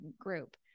group